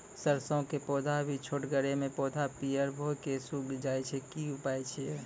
सरसों के पौधा भी छोटगरे मे पौधा पीयर भो कऽ सूख जाय छै, की उपाय छियै?